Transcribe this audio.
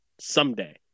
someday